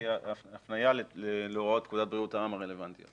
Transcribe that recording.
תהיה הפניה להוראות פקודת בריאות העם הרלוונטיות.